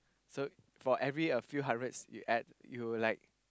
so for every a few hundreds you add you like